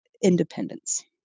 independence